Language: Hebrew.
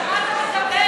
על מה אתה מדבר?